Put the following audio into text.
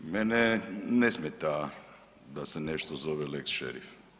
Mene ne smeta da se nešto zove „lex šerif“